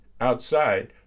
outside